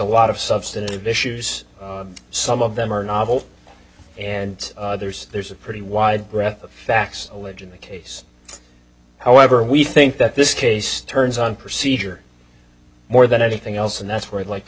lot of substantive issues some of them are novel and others there's a pretty wide breadth of facts alleging the case however we think that this case turns on procedure more than anything else and that's where i'd like to